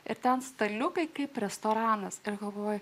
ir ten staliukai kaip restoranas ir galvoju